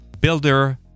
Builder